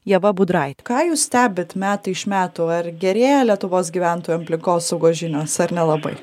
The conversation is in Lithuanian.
ieva budraitė ką jūs stebit metai iš metų ar gerėja lietuvos gyventojų aplinkosaugos žinios ar nelabai